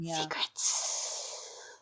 Secrets